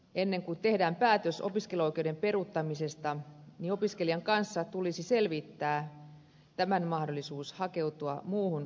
ennen kuin tehdään päätös opiskeluoikeuden peruuttamisesta opiskelijan kanssa tulisi selvittää tämän mahdollisuus hakeutua muuhun koulutukseen